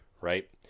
right